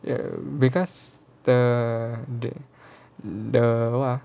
ya because the the the [what] ah